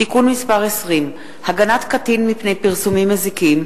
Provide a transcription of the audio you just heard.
(תיקון מס' 20) (הגנת קטין מפני פרסומים מזיקים),